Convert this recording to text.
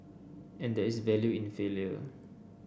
and there is value in failure